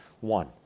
one